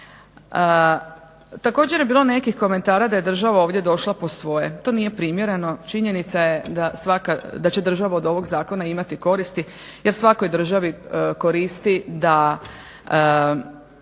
Također je bilo nekakvih komentara da je država došla po svoje. To nije primjereno. Činjenica je da će država od ovog zakona imati koristi jer svakoj državi koristi da